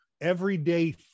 everyday